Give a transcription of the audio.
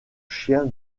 chien